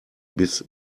bis